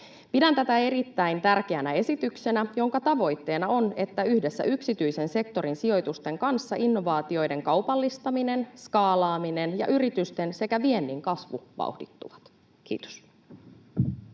Pidän tätä erittäin tärkeänä esityksenä, jonka tavoitteena on, että yhdessä yksityisen sektorin sijoitusten kanssa innovaatioiden kaupallistaminen, skaalaaminen ja yritysten sekä viennin kasvu vauhdittuvat. — Kiitos.